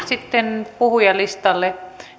sitten puhujalistalle